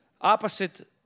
Opposite